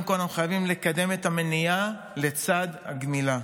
כול חייבים לקדם את המניעה לצד הגמילה.